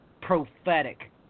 prophetic